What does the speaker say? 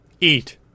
eat